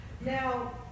Now